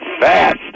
fast